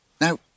Now